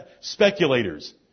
speculators